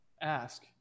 ask